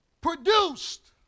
Produced